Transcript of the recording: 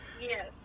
Yes